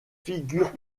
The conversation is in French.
figure